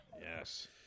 Yes